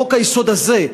חוק-היסוד הזה,